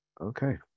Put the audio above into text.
okay